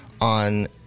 on